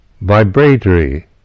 vibratory